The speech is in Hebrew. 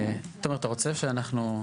תומר, אתה רוצה או שאנחנו?